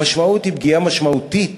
המשמעות: פגיעה משמעותית